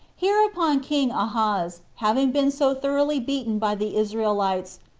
hereupon king ahaz, having been so thoroughly beaten by the israelites,